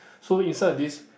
so insert this